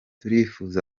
turifuza